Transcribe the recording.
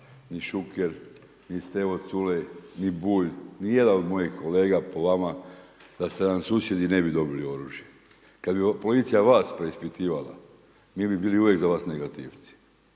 ni Šuker, ni Stevo Culej, ni Bulj, ni jedan od mojih kolega po vama da ste nam susjedi ne bi dobili oružje. Kada bi policija vas preispitivala mi bi bili uvijek za vas negativci.